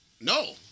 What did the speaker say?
No